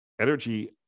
energy